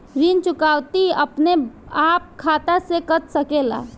ऋण चुकौती अपने आप खाता से कट सकेला?